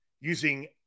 using